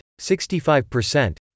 65%